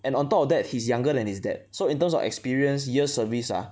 and on top of that he's younger than his dad so in terms of experience years service ah